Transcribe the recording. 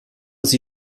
sie